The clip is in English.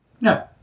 No